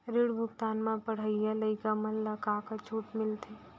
ऋण भुगतान म पढ़इया लइका मन ला का का छूट मिलथे?